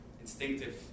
instinctive